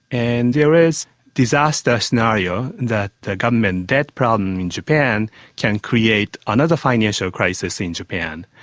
and there is disastrous scenario that the government debt problem in japan can create another financial crisis in japan,